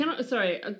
Sorry